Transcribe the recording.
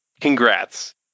Congrats